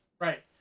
Right